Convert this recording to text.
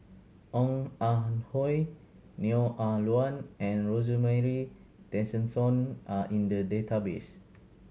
Ong Ah Hoi Neo Ah Luan and Rosemary Tessensohn are in the database